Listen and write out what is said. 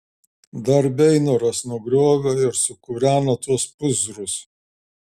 dar beinoras nugriovė ir sukūreno tuos pūzrus